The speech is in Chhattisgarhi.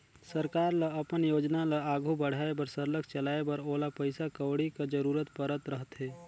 सरकार ल अपन योजना ल आघु बढ़ाए बर सरलग चलाए बर ओला पइसा कउड़ी कर जरूरत परत रहथे